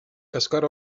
kaskar